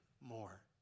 more